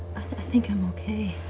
think i'm okay.